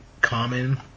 common